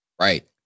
Right